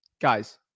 guys